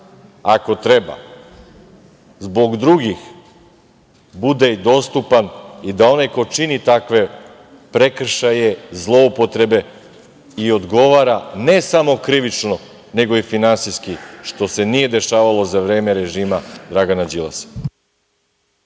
ako treba, zbog drugih, bude dostupan i da onaj ko čini takve prekršaje, zloupotrebe i odgovara, ne samo krivično, nego i finansijski, što se nije dešavalo za vreme režima Dragana Đilasa.